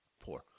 poor